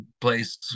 place